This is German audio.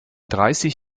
dreißig